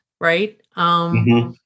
right